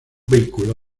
vehículo